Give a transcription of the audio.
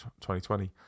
2020